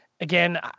again